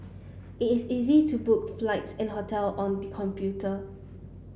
it is easy to book flights and hotel on computer